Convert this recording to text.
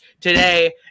today